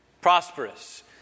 prosperous